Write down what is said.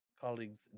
colleagues